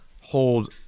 hold